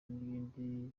n’ibindi